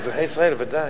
אזרחי ישראל, ודאי.